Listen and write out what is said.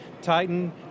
Titan